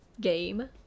game